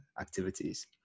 activities